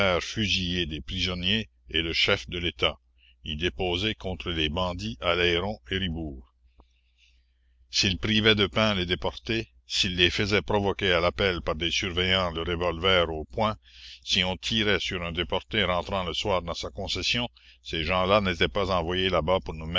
fusiller des prisonniers est le chef de l'état y déposer contre les bandits aleyron et ribourt s'ils privaient de pain les déportés s'ils les faisaient provoquer à l'appel par des surveillants le revolver au poing si on tirait sur un déporté rentrant le soir dans sa concession ces gens-là n'étaient pas envoyés là-bas pour nous